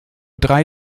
drei